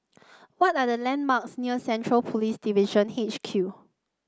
what are the landmarks near Central Police Division H Q